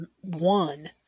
one